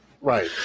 Right